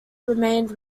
remained